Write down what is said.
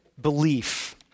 belief